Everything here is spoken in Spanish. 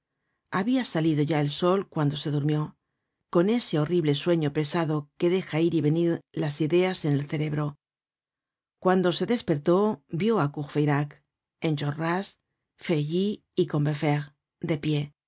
habia salido ya el sol cuando se durmió con ese horrible sueño pesado que deja ir y venir las ideas en el cerebro cuando se despertó vió á courfeyrac enjolras feuilly y combeferre de pie